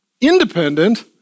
independent